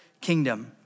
kingdom